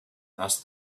asked